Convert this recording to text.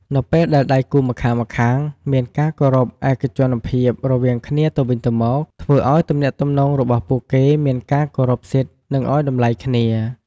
នៅពេលដែលដៃគូរម្ខាងៗមានការគោរពឯកជនភាពរវាងគ្នាទៅវិញទៅមក ធ្វើឱ្យទំនាក់ទំនងរបស់ពួកគេមានការគោរពសិទ្ធ និងឱ្យតម្លៃគ្នា។